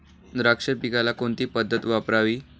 द्राक्ष पिकाला कोणती पद्धत वापरावी?